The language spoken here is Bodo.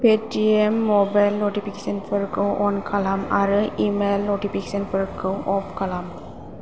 पेटिएम मबाइल नटिफिकेशनफोरखौ अन खालाम आरो इमेइल नटिफिकेशनफोरखौ अफ खालाम